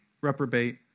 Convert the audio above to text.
reprobate